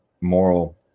moral